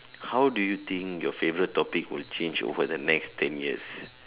how do you think your favourite topic will change over the next ten years